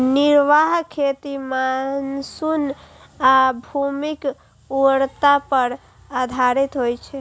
निर्वाह खेती मानसून आ भूमिक उर्वरता पर आधारित होइ छै